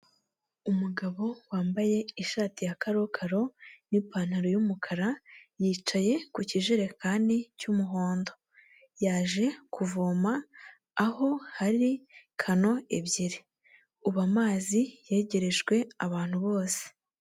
Umugabo wambaye ishati ya karokaro n'ipantaro y'umukara, yicaye ku kijerekani cy'umuhondo, yaje kuvoma aho hari kano ebyiri. Ubu amazi yegerejwe abantu bose.